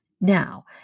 Now